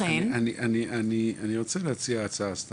אני רוצה להציע הצעה.